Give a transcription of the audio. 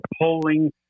polling